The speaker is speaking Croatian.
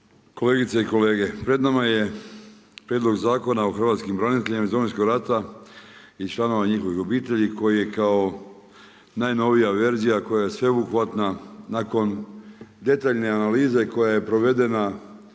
kolegice i kolege. Pred nama je Prijedlog zakona o hrvatskim braniteljima iz Domovinskog rata i članova njihovih obitelji koji je kao najnovija verzija koja je sveobuhvatna. Nakon detaljne analize koja je provedena